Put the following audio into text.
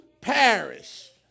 perish